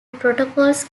protocols